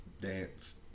dance